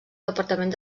departament